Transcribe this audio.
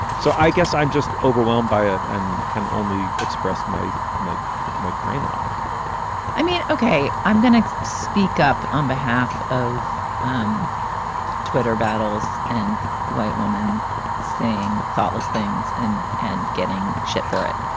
so i guess i'm just overwhelmed by it and can only express my my my brain lock i mean, ok, i'm going to speak up on behalf of um twitter battles and white woman saying thoughtless things and and getting shit for it,